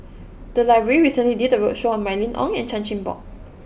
the library recently did a roadshow on Mylene Ong and Chan Chin Bock